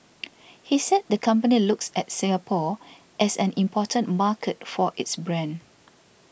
he said the company looks at Singapore as an important market for its brand